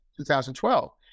2012